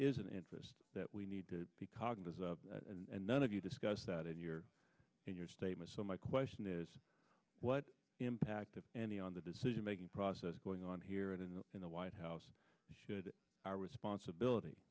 is an insist that we need to be cognizant of and none of you discuss that in your in your statement so my question is what impact if any on the decision making process going on here in the in the white house should our responsibility